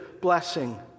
blessing